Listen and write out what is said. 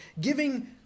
giving